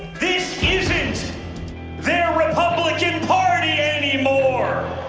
this isn't their republican party anymore!